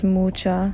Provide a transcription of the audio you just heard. mucha